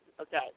Okay